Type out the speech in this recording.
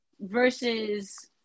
versus